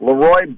Leroy